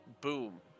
boom